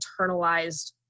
internalized